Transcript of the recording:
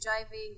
driving